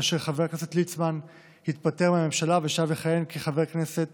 כאשר חבר הכנסת ליצמן התפטר מהממשלה ושב לכהן כחבר כנסת